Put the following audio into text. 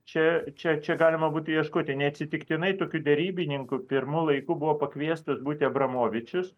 čia čia čia galima būtų ieškoti neatsitiktinai tokių derybininkų pirmu laiku buvo pakviestas būti abramovičius